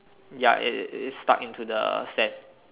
ya it it it is stuck into the sand